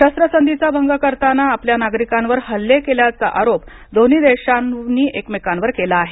शस्त्रसंधीचा भंग करताना आपल्या नागरिकांवर हल्ले केल्याचा आरोप दोन्ही देशांवर एकमेकांवर केला आहे